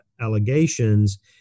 allegations